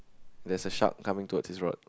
there's a shark coming towards his rod